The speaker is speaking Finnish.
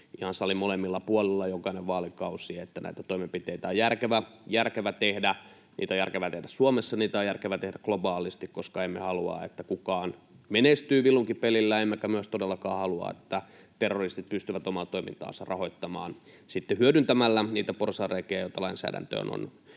ihan salin molemmilla puolilla jokaisella vaalikaudella, että näitä toimenpiteitä on järkevä tehdä. Niitä on järkevää tehdä Suomessa, niitä on järkevää tehdä globaalisti, koska emme halua, että kukaan menestyy vilunkipelillä, emmekä myöskään todellakaan halua, että terroristit pystyvät sitten omaa toimintaansa rahoittamaan hyödyntämällä niitä porsaanreikiä, joita lainsäädäntöön on